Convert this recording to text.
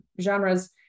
genres